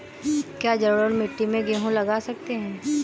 क्या जलोढ़ मिट्टी में गेहूँ लगा सकते हैं?